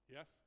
Yes